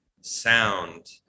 sound